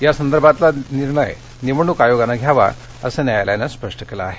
या संदर्भातला निर्णय निवडणूक आयोगानं घ्यावा असं न्यायालयानं स्पष्ट केलं आहे